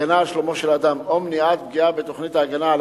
הגנה על שלומו של אדם או מניעת פגיעה בתוכנית הגנה על